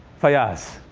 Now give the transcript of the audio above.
fayaz.